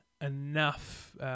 enough